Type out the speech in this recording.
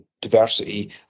diversity